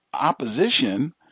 opposition